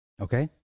Okay